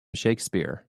shakespeare